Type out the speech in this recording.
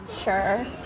Sure